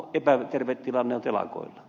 sama epäterve tilanne on telakoilla